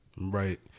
Right